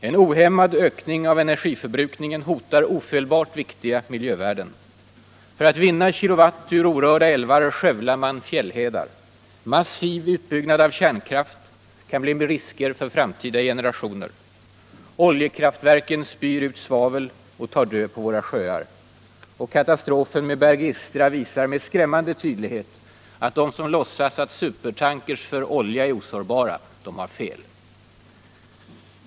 En ohämmad ökning av energiförbrukningen hotar ofelbart viktiga miljövärden. För att vinna kilowatt ur orörda älvar skövlar man fjällhedar. Massiv utbyggnad av kärnkraft kan bli risker för framtida generationer. Oljekraftverk spyr ut svavel och tar död på våra sjöar. Och katastrofen med ”Berge Istra” visar med skrämmande tydlighet att de som låtsas att supertanker för olja är osårbara, de har fel.